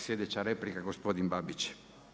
Sljedeća replika, gospodin Babić.